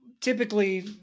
typically